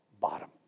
bottom